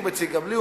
הוא מציק גם לי,